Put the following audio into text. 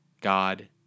God